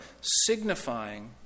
signifying